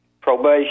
probation